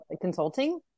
Consulting